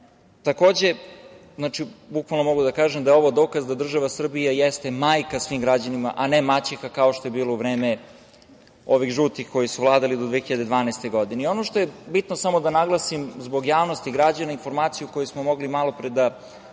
politike. Takođe, bukvalno mogu da kažem da je ovo dokaz da država Srbija jeste majka svim građanima, a ne maćeha, kao što je bilo u vreme ovih žutih, koji su vladali do 2012. godine. Ono što je bitno samo da naglasim, zbog javnosti i građana, informacija koju smo mogli malopre da